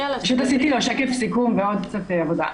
בסדר.